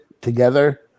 together